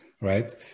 right